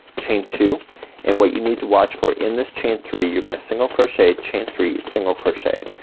chain two and what you need to watch for in this chain three you're gonna single crochet, chain three, single crochet.